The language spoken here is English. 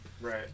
Right